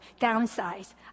downsize